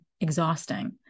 exhausting